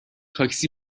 تاکسی